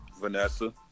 Vanessa